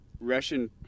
Russian